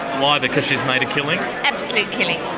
why? because she's made a killing? an absolute killing.